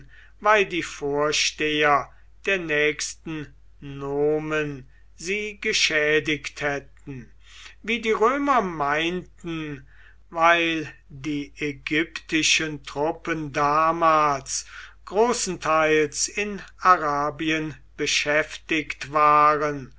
weil die vorsteher der nächsten nomen sie geschädigt hätten wie die römer meinten weil die ägyptischen truppen damals großenteils in arabien beschäftigt waren